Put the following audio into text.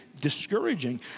discouraging